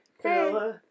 Hey